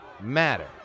matter